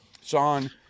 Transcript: Sean